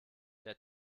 der